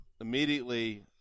immediately